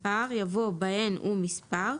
מספר" יבוא "בהן ומספר",